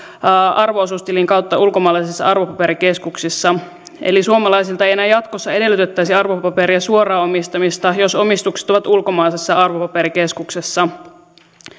arvo osuustilin kautta ulkomaisissa arvopaperikeskuksissa eli suomalaisilta ei enää jatkossa edellytettäisi arvopaperien suoraa omistamista jos omistukset ovat ulkomaisessa arvopaperikeskuksessa